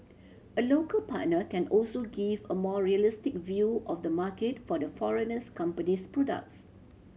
a local partner can also give a more realistic view of the market for the foreignness company's products